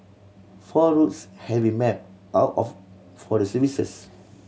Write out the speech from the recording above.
four routes have been mapped out of for the service